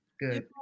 good